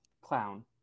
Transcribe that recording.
clown